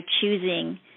choosing